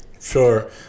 sure